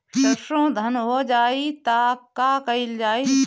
सरसो धन हो जाई त का कयील जाई?